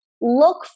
look